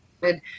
good